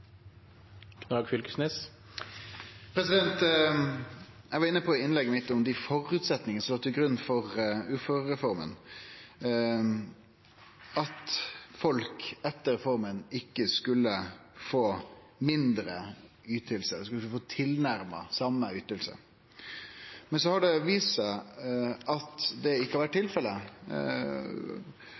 mitt var eg inne på føresetnadene som låg til grunn for uførereforma – at folk etter reforma ikkje skulle få mindre yting, men tilnærma same yting. Så har det vist seg at det ikkje har vore tilfellet.